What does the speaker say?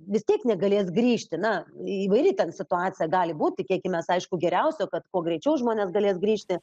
vis tiek negalės grįžti na įvairi ten situacija gali būt tikėkimės aišku geriausio kad kuo greičiau žmonės galės grįžti